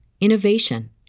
innovation